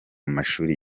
mashuri